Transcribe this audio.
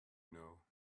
know